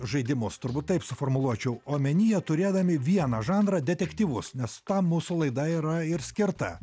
žaidimus turbūt taip suformuluočiau omenyje turėdami vieną žanrą detektyvus nes tam mūsų laida yra ir skirta